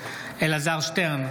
אלעזר שטרן,